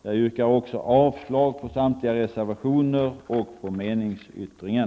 Jag yrkar också avslag på samtliga reservationer och på meningsyttringen.